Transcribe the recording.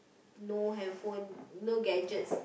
no handphone no gadgets